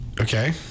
Okay